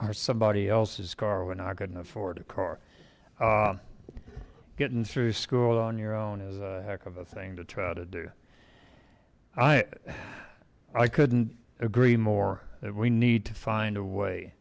or somebody else's car when i couldn't afford a car getting through school on your own is a heck of a thing to try to do i i couldn't agree more that we need to find a way